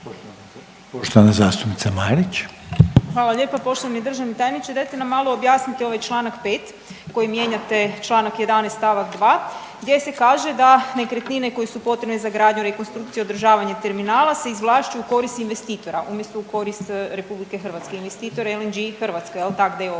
**Marić, Andreja (SDP)** Hvala lijepa. Poštovani državni tajniče, dajte nam malo objasnite ovaj čl. 5. kojim mijenjate čl. 11. st. 2. gdje se kaže da nekretnine koje su potrebne za gradnju, rekonstrukciju i održavanje terminala se izvlašćuju u korist investitora umjesto u korist RH, investitor je LNG Hrvatska jel tak d.o.o.,